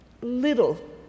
little